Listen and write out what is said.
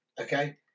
okay